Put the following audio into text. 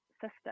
sister